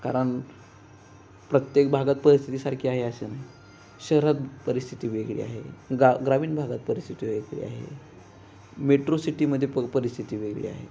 कारण प्रत्येक भागात परिस्थिती सारखी आहे असे नाही शहरात परिस्थिती वेगळी आहे गा ग्रामीण भागात परिस्थिती वेगळी आहे मेट्रो सिटीमध्ये प परिस्थिती वेगळी आहे